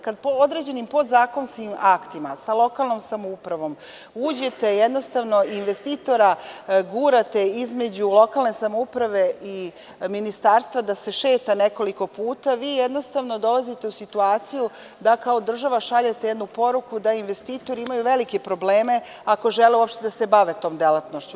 Kada određenim podzakonskim aktima sa lokalnom samoupravom investitora gurate između lokalne samouprave i ministarstva da se šeta nekoliko puta vi jednostavno dolazite u situaciju da kao država šaljete jednu poruku da investitori imaju velike probleme ako žele uopšte da se bave tom delatnošću.